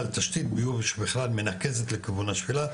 תשתית ביוב שבכלל מנקזת לכיוון השפלה,